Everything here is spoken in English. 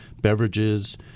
beverages